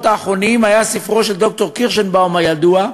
האחרונים היה ספרו של ד"ר קירשנבאום הידוע,